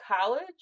college